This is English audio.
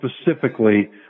specifically